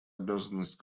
обязанность